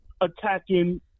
attacking